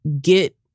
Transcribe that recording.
get